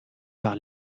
par